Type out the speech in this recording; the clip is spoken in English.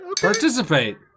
Participate